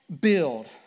build